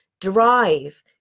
drive